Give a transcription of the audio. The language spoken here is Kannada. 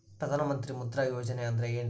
ಪ್ರಧಾನ ಮಂತ್ರಿ ಮುದ್ರಾ ಯೋಜನೆ ಅಂದ್ರೆ ಏನ್ರಿ?